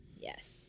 Yes